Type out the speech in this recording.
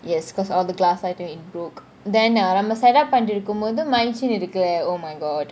yes because all the glass I think it broke then uh நம்ம :namma set-up பங்கிட்டு இருக்கும்போது மைனஸின் இருக்குல்ல :panitu irukumbothu mainsin irukula oh my god